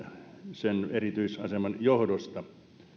sen erityisaseman johdosta